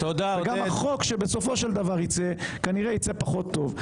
גם החוק שיצא, כנראה יצא פחות טוב.